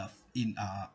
in uh